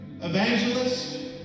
evangelists